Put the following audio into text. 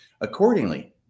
Accordingly